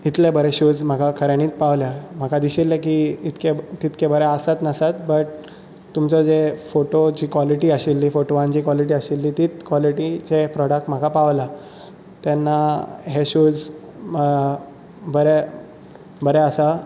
इतले बरे शूज म्हाका खऱ्यानीच पावल्या म्हाका दिशिल्लें की तितले बरे आसत नासत बट तुमचे जे फोटो जी कॉलिटी आशिल्ली फोटोवांत जी कॉलिटी तीच कॉलिटी जे प्रोडक्ट म्हाका पावला तेन्ना हे शूज बरे आसा